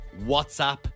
WhatsApp